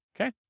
Okay